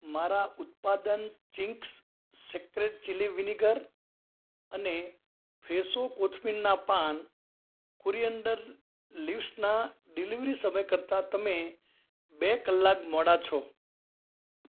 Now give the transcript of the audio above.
મારા ઉત્પાદન Ching's Secret chilli vinegar અને ફ્રેશો કોથમીરનાં પાન કોરિઅન્ડર લિવ્સના ડીલિવરી સમય કરતાં તમે બે કલાક મોડા છો